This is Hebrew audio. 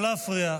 לא להפריע,